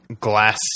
glass